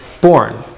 born